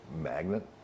magnet